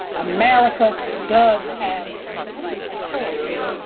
america does have a choice.